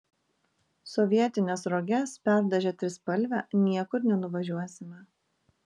sovietines roges perdažę trispalve niekur nenuvažiuosime